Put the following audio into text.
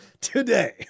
Today